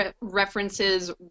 references